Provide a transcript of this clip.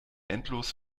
endlos